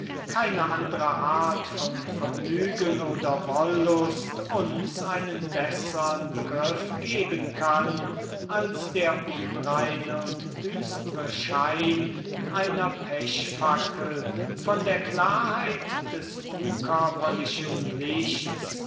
keine andre art von vergnügen oder wollust uns einen bessern begriff geben kann als der unreine und düstre schein einer pechfackel von der klarheit des unkörperlichen lichts